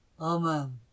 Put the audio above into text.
Amen